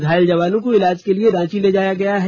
घायल जवानों को इलाज के लिए रांची ले जाया गया है